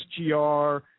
SGR